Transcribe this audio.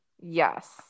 Yes